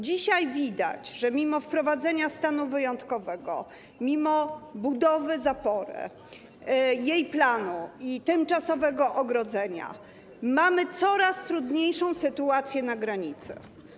Dzisiaj widać, że mimo wprowadzenia stanu wyjątkowego, mimo budowy zapory, jej planu i tymczasowego ogrodzenia mamy coraz trudniejszą sytuację na granicy.